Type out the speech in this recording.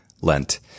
Lent